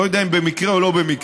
לא יודע אם במקרה או לא במקרה,